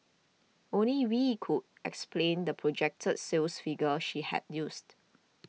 only Wee could explain the projected sales figure she had used